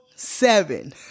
Seven